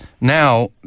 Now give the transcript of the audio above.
now